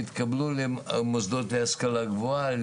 והתקבלו למוסדות להשכלה גבוהה,